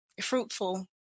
fruitful